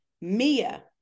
Mia